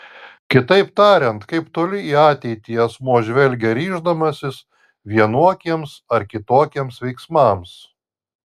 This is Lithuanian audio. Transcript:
kitaip tariant kaip toli į ateitį asmuo žvelgia ryždamasis vienokiems ar kitokiems veiksmams